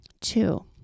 Two